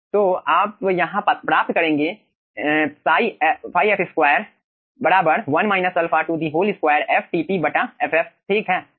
तो आप यहां प्राप्त करेंगे ϕ f2 1 α 2 fTP ff ठीक है